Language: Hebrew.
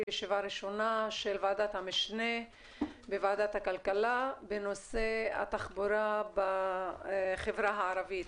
ישיבה ראשונה של ועדת המשנה של ועדת הכלכלה בנושא התחבורה בחברה הערבית.